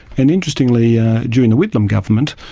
and interestingly during the whitlam government,